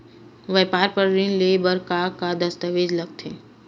व्यापार बर ऋण ले बर का का दस्तावेज लगथे?